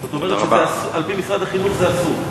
זאת אומרת, על-פי משרד החינוך זה אסור.